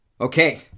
okay